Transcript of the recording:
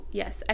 yes